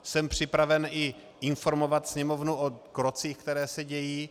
Jsem připraven i informovat Sněmovnu o krocích, které se dějí.